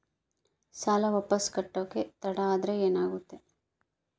ಸಾಲ ವಾಪಸ್ ಕಟ್ಟಕ ತಡ ಆದ್ರ ಏನಾಗುತ್ತ?